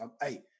Hey